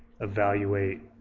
evaluate